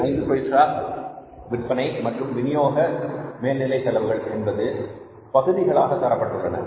75 பைசா விற்பனை மற்றும் விநியோக மேல்நிலை செலவுகள் என்பது பகுதிகளாக தரப்பட்டுள்ளன